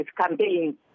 campaign